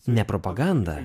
ne propaganda